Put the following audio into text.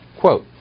Quote